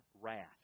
wrath